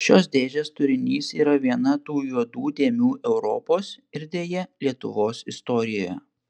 šios dėžės turinys yra viena tų juodų dėmių europos ir deja lietuvos istorijoje